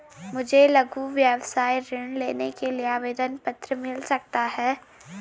मुझे लघु व्यवसाय ऋण लेने के लिए आवेदन पत्र मिल सकता है?